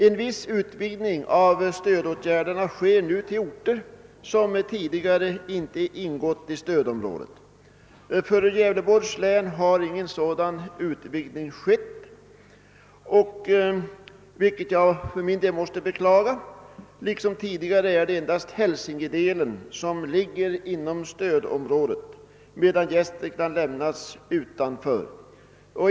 En viss utvidgning av stödåtgärderna sker nu till orter som tidigare inte har ingått i stödområdet. För Gävleborgs län har ingen sådan utvidgning skett, vilket jag beklagar. Liksom tidigare är det endast Hälsingedelen som ligger inom stödområdet, medan Gästrikland har lämnats utanför.